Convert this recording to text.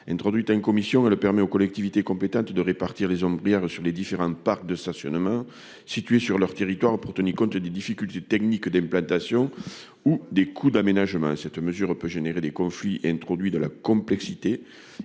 introduite à une commission le permet aux collectivités compétentes de répartir les hommes brouillard sur les différents parcs de stationnement situés sur leur territoire pour tenir compte, j'ai des difficultés techniques d'implantation ou des coups d'aménagement, cette mesure peut générer des conflits et introduit de la complexité,